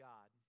God